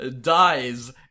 dies